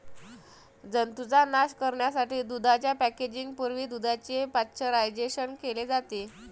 जंतूंचा नाश करण्यासाठी दुधाच्या पॅकेजिंग पूर्वी दुधाचे पाश्चरायझेशन केले जाते